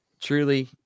truly